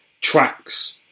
tracks